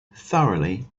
thoroughly